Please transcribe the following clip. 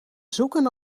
zoeken